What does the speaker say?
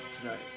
tonight